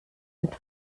mit